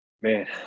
Man